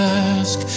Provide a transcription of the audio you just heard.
ask